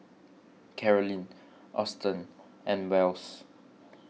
Carolyn Austen and Wells